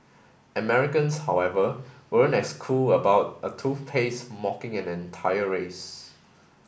Americans however weren't as cool about a toothpaste mocking an entire race